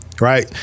right